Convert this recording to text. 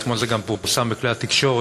שאתמול גם פורסם בכלי התקשורת.